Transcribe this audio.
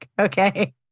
Okay